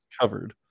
covered